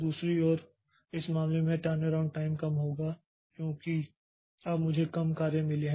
दूसरी ओर इस मामले में यह टर्नअराउंड टाइम कम होगा क्योंकि अब मुझे कम कार्य मिले हैं